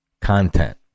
content